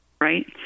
Right